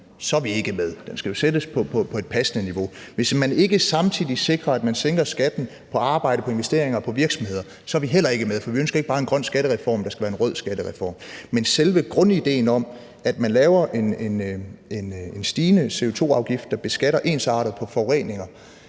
så er vi ikke med. Den skal jo sættes på et passende niveau. Hvis man ikke samtidig sikrer, at man sænker skatten på arbejde, på investeringer og på virksomheder, så er vi heller ikke med, for vi ønsker ikke bare en grøn skattereform, der er en rød skattereform. Men selve grundidéen om at lave en stigende CO2 afgift, hvor man beskatter forureninger